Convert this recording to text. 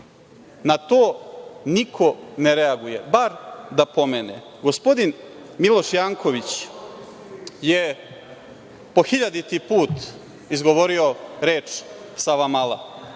Na to niko ne reaguje, bar da pomene. Gospodin Miloš Janković je po hiljaditi put izgovorio reč „Savamala“,